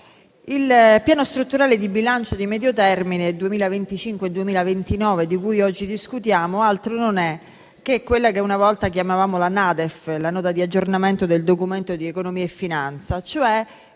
il Piano strutturale di bilancio di medio termine 2025-2029, di cui oggi discutiamo, altro non è che quella che una volta chiamavamo NADEF, la Nota di aggiornamento del Documento di economia e finanza, cioè